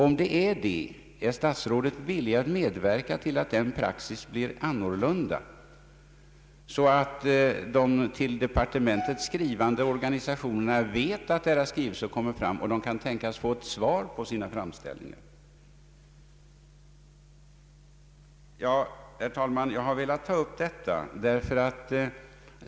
Om det är på det sättet, är statsrådet villig medverka till att denna praxis blir annorlunda, så att de organisationer som skriver till departementet vet att deras skrivelser kommer fram och att de kan tänkas få svar på sina framställningar? Herr talman!